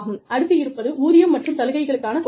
அடுத்து இருப்பது ஊதியம் மற்றும் சலுகைகளுக்கான கொள்கைகள்